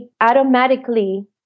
automatically